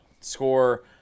score